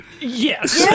Yes